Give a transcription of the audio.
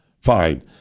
Fine